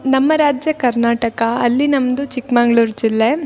ನಮ್ಮ ರಾಜ್ಯ ಕರ್ನಾಟಕ ಅಲ್ಲಿ ನಮ್ಮದು ಚಿಕ್ಕಮಗಳೂರ್ ಜಿಲ್ಲೆ